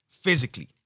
Physically